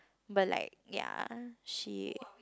but like ya she